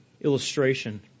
illustration